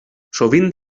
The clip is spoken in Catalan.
sovint